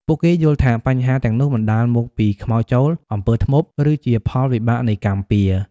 ពួកគេយល់ថាបញ្ហាទាំងនោះបណ្តាលមកពី ខ្មោចចូល អំពើធ្មប់ ឬជាផលវិបាកនៃ កម្មពៀរ។